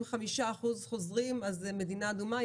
אם 5% חוזרים אז זו מדינה אדומה?